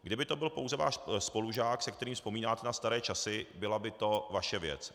Kdyby to byl pouze váš spolužák, se kterým vzpomínáte na staré časy, byla by to vaše věc.